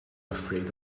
afraid